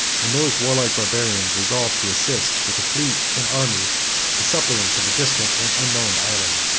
and those warlike barbarians resolve to assist with a fleet and army the suppliants of a distant and unknown island.